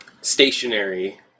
stationary